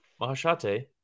Mahashate